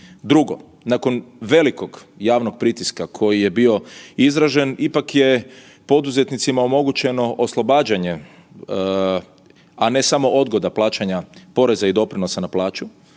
Drugo nakon velikog javnog pritiska koji je bio izražen ipak je poduzetnicima omogućeno oslobađanje, a ne samo odgoda plaćanja poreza i doprinosa na plaću,